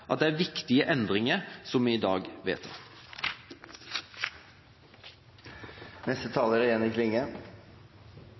at det er viktige endringer vi i dag vedtar.